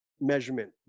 measurement